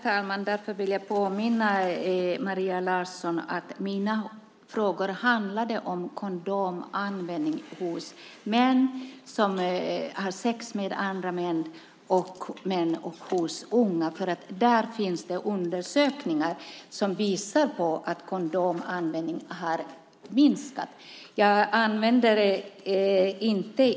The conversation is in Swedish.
Herr talman! Därför vill jag påminna Maria Larsson om att mina frågor handlade om kondomanvändning hos män som har sex med andra män och hos unga. Där finns det undersökningar som visar att kondomanvändningen har minskat.